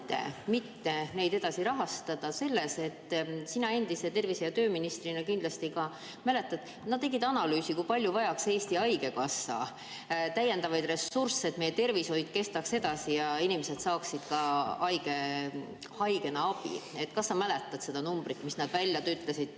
mitte edasi rahastada sellepärast, et nagu sa endise tervise- ja tööministrina kindlasti mäletad, nad tegid analüüsi, kui palju vajaks Eesti Haigekassa täiendavaid ressursse, et meie tervishoid kestaks edasi ja inimesed saaksid haigena abi. Kas sa mäletad seda numbrit, mis nad välja ütlesid